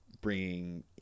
bringing